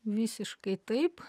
visiškai taip